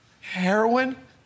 Heroin